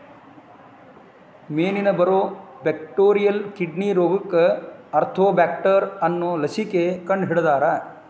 ಮೇನಿಗೆ ಬರು bacterial kidney ರೋಗಕ್ಕ ಆರ್ತೋಬ್ಯಾಕ್ಟರ್ ಅನ್ನು ಲಸಿಕೆ ಕಂಡಹಿಡದಾರ